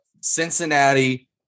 Cincinnati